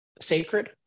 sacred